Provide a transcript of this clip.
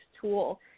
tool